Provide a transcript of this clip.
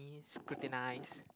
scrutinize